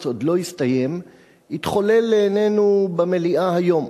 עוד לא הסתיים התחולל לעינינו במליאה היום.